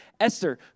Esther